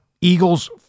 Eagles